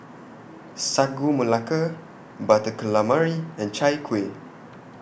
Sagu Melaka Butter Calamari and Chai Kueh